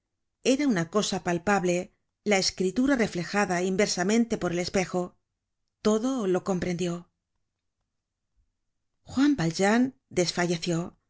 era una cosa palpable la escritura reflejada inversamente por el espejo todo lo comprendió juan valjean desfalleció